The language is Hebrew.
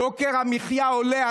יוקר המחיה עולה.